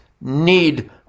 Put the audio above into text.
need